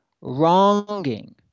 wronging